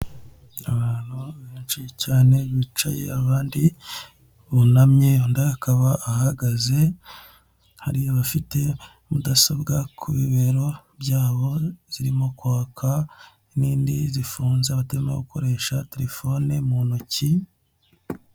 Abantu benshi cyane bicaye abandi bunamye undi akaba ahagaze, hari abafite mudasobwa kubibero byabo zirimo kwaka, n'indi zifunze batarimo gukoresha telefone mu ntoki.